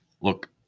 Look